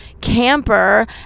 camper